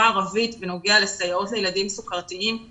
הערבית בנוגע לסייעות לילדים סוכרתיים.